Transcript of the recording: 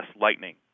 lightning